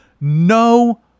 no